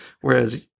Whereas